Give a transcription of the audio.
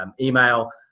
email